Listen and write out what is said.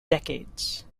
decades